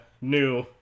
new